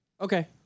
Okay